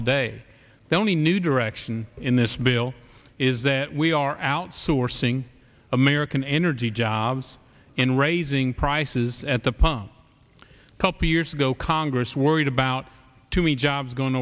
today the only new direction in this bill is that we are outsourcing american energy jobs in raising prices at the pump a couple years ago congress worried about too many jobs going